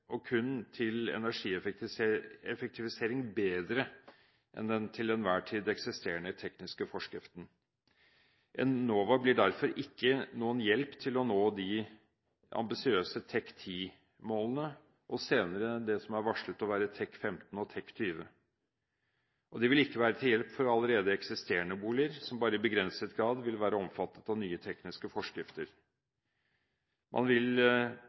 og kun til energieffektivisering bedre enn den til enhver tid eksisterende tekniske forskriften. Enova blir derfor ikke noen hjelp til å nå de ambisiøse TEK10-målene og senere det som er varslet å være TEK15 og TEK20, og de vil ikke være til hjelp for allerede eksisterende boliger, som bare i begrenset grad vil være omfattet av nye tekniske forskrifter. Man vil